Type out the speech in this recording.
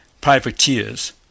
privateers